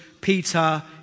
Peter